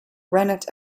rennet